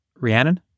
Rhiannon